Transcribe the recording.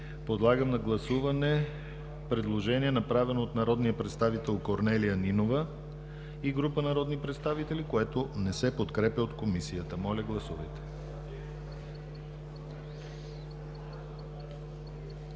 Подлагам на гласуване предложение, направено от народния представител Корнелия Нинова и група народни представители, което не се подкрепя от Комисията. Гласували